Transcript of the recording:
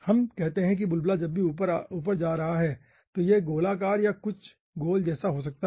हम कहते हैं कि बुलबुला जब भी ऊपर जा रहा है तो यह गोलाकार या कुछ गोल जैसा हो सकता है